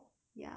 but